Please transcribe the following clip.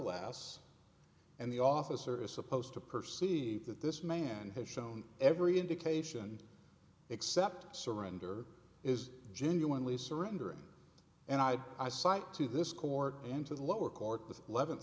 lasts and the officer is supposed to perceive that this man has shown every indication except surrender is genuinely surrendering and i'd eyesight to this court into the lower court with eleventh